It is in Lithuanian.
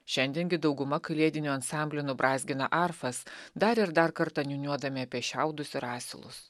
šiandien gi dauguma kalėdinių ansamblių nubrazgina arfas dar ir dar kartą niūniuodami apie šiaudus ir asilus